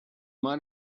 might